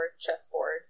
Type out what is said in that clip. chessboard